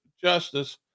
justice